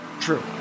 true